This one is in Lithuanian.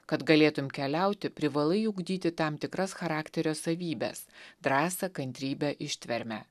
kad galėtum keliauti privalai ugdyti tam tikras charakterio savybes drąsą kantrybę ištvermę